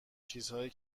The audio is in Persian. چیزهایی